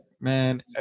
man